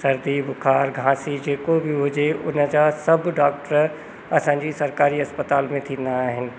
सर्दी बुख़ारु खांसी जेको बि हुजे उन जा सभु डॉक्टर असांजी सरकारी अस्पताल में थींदा आहिनि